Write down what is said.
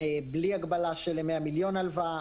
בלי הגבלה של 100 מיליון הלוואה,